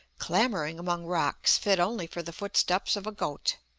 clambering among rocks fit only for the footsteps of a goat.